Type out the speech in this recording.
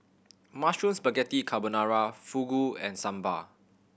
Mushroom Spaghetti Carbonara Fugu and Sambar